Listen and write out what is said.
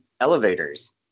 elevators